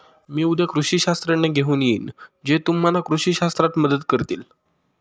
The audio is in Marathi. मी उद्या कृषी शास्त्रज्ञ घेऊन येईन जे तुम्हाला कृषी शास्त्रात मदत करतील